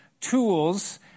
Tools